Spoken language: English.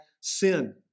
sin